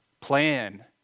plan